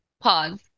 Pause